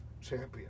champion